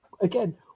Again